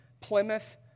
Plymouth